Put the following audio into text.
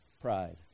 pride